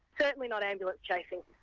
certainly not ambulance chasing.